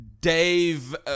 Dave